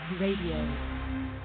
Radio